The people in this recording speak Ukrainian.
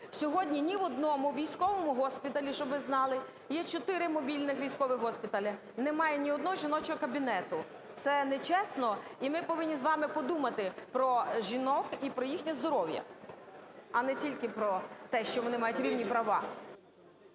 Сьогодні ні в одному військовому госпіталі, щоб ви знали, є чотири мобільних військових госпіталі, немає ні одного жіночого кабінету. Це нечесно. І ми повинні з вами подумати про жінок і про їхнє здоров'я, а не тільки про те, що вони мають рівні права.